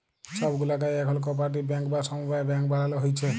ছব গুলা গায়েঁ এখল কপারেটিভ ব্যাংক বা সমবায় ব্যাংক বালালো হ্যয়েছে